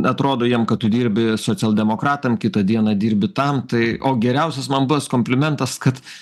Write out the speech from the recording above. atrodo jiem kad tu dirbi socialdemokratam kitą dieną dirbi tam tai o geriausias man buvęs komplimentas kad